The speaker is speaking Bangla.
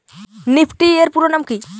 নিফটি এর পুরোনাম কী?